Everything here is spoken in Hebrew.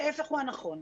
ההפך הוא הנכון.